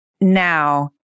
now